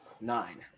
nine